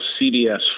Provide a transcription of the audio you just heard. CBS